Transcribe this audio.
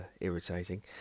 irritating